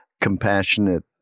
compassionate